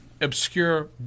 obscure